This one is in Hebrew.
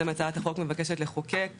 הצעת החוק בעצם מבקשת לחוקק